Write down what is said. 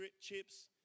chips